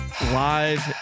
live